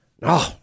No